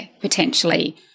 potentially